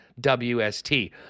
WST